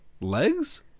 Legs